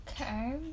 Okay